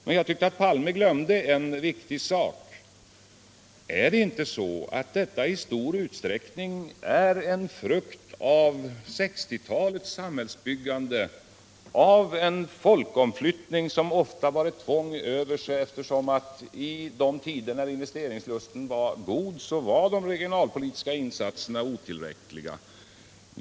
Men jag tyckte att Olof Palme glömde en viktig sak i sammanhanget. Är inte dessa problem i stor utsträckning en frukt av 1960-talets samhällsbyggande, av en folkomflyttning som ofta hade ett tvång över sig genom att de regionalpolitiska insatserna var otillräckliga under den tid då investeringslusten var god?